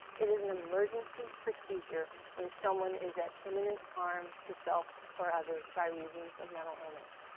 it is an emergency procedure when someone is at imminent harm to self or others by reasons of mental illness.